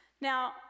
Now